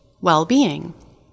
well-being